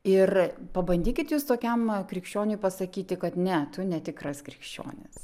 ir pabandykit jūs tokiam krikščioniui pasakyti kad ne tu netikras krikščionis